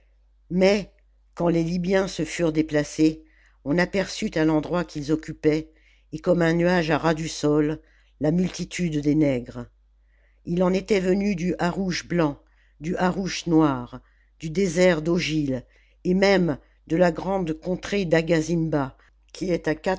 mais quand les libyens se furent déplacés on aperçut à l'endroit qu'ils occupaient et comme un nuage à ras du sol la multitude des nègres il en était venu du harousch blanc du harousch noir du désert d'augjle et même de la grande contrée d'agazymba qui est à